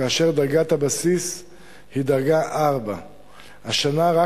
כאשר דרגת הבסיס היא דרגה 4. השנה רק